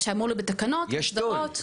יש תו"ל.